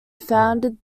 founded